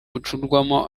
bucurirwamo